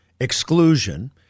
exclusion